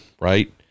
right